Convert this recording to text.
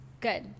good